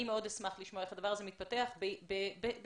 אני מאוד אשמח לשמוע איך הדבר הזה מתפתח בתחושת